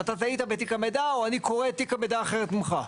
אתה טעית בתיק המידע או אני קורא את תיק המידע אחרת ממך.